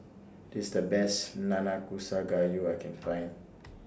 This IS The Best Nanakusa Gayu I Can Find